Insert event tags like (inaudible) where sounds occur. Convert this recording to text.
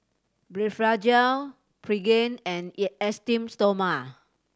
Blephagel Pregain and (unintelligible) Esteem Stoma